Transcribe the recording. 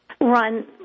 run